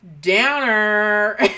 downer